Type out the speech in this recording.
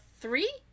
three